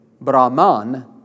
Brahman